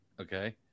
okay